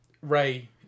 Ray